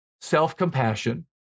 self-compassion